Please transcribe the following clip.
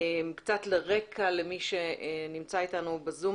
קצת רקע למי שנמצא אתנו ב-זום.